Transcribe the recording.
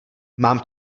mám